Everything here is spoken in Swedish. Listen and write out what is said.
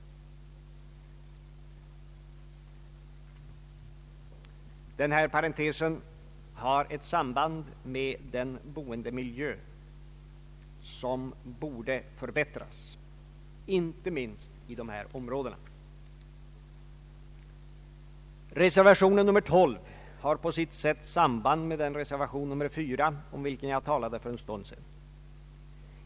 Denna parentes har ett samband med den boendemiljö som borde förbättras, inte minst i dessa områden. Reservation 12 har på sitt sätt samband med reservation 4, om vilken jag talade för en stund sedan.